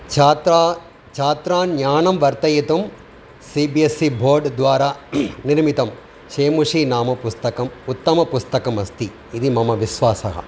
छात्रा छात्रान् ज्ञानं वर्धयितुं सि बि एस् सि भोर्ड्द्वारा निर्मितं शेमुषी नामं पुस्तकम् उत्तमपुस्तकमस्ति इति मम विश्वासः